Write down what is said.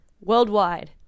worldwide